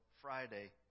Friday